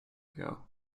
ago